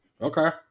Okay